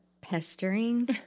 pestering